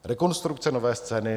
Rekonstrukce Nové scény